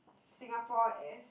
Singapore as